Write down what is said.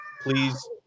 Please